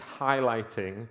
highlighting